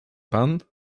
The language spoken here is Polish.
pan